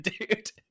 dude